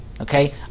Okay